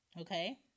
okay